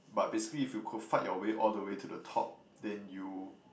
but basically if you could fight your way all the way to the top then you